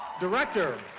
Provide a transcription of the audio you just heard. director